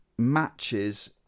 matches